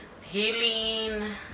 healing